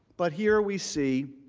but here we see